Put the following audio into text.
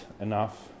enough